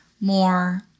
more